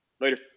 later